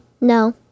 No